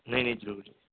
ਨਹੀਂ ਨਹੀਂ ਜ਼ਰੂਰ ਜੀ